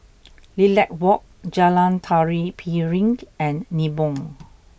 Lilac Walk Jalan Tari Piring and Nibong